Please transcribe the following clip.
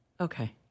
Okay